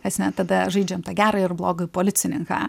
esmė tada žaidžiam tą gerą ir blogą policininką